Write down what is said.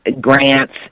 grants